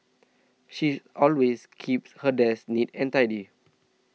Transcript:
she's always keeps her desk neat and tidy